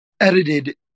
Edited